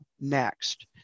next